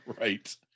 right